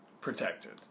protected